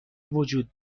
وجود